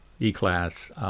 E-class